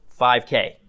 5K